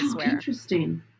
Interesting